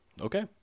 Okay